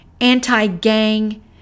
anti-gang